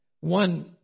one